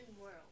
World